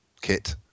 kit